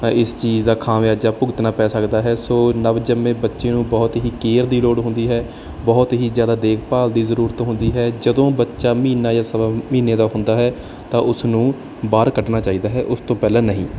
ਇਸ ਚੀਜ਼ ਦਾ ਖਾਮਿਆਜ਼ਾ ਵੀ ਭੁਗਤਣਾ ਪੈ ਸਕਦਾ ਹੈ ਸੋ ਨਵਜੰਮੇ ਬੱਚੇ ਨੂੰ ਬਹੁਤ ਹੀ ਕੇਅਰ ਦੀ ਲੋੜ ਹੁੰਦੀ ਹੈ ਬਹੁਤ ਹੀ ਜ਼ਿਆਦਾ ਦੇਖਭਾਲ ਦੀ ਜ਼ਰੂਰਤ ਹੁੰਦੀ ਹੈ ਜਦੋਂ ਬੱਚਾ ਮਹੀਨਾ ਜਾਂ ਸਵਾ ਮਹੀਨੇ ਦਾ ਹੁੰਦਾ ਹੈ ਤਾਂ ਉਸ ਨੂੰ ਬਾਹਰ ਕੱਢਣਾ ਚਾਹੀਦਾ ਹੈ ਉਸ ਤੋਂ ਪਹਿਲਾਂ ਨਹੀਂ